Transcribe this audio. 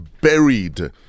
buried